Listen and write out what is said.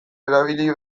erabili